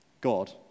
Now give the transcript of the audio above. God